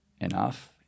enough